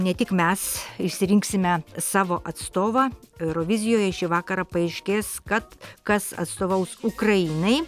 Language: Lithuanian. ne tik mes išsirinksime savo atstovą eurovizijoje šį vakarą paaiškės kad kas atstovaus ukrainai